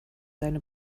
seine